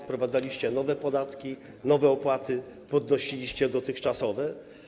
Wprowadzaliście nowe podatki, nowe opłaty, podnosiliście dotychczasowe.